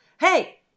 Hey